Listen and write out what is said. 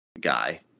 Guy